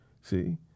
See